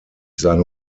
seine